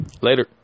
Later